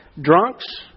Drunks